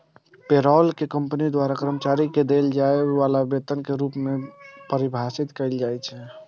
payroll कें company द्वारा कर्मचारी कें देल जाय बला वेतन के रूप मे परिभाषित कैल जाइ छै